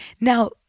Now